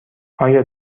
آیا